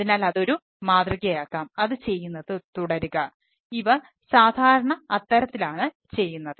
അതിനാൽ അത് ഒരു മാതൃകയാക്കാം അത് ചെയ്യുന്നത് തുടരുക ഇവ സാധാരണ അത്തരത്തിലാണ് ചെയ്യുന്നത്